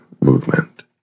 movement